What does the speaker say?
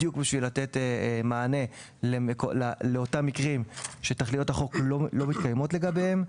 בדיוק בשביל לתת מענה לאותם מקרים שתכליות החוק לא מתקיימות לגביהם,